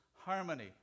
harmony